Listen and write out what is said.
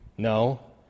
No